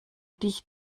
dich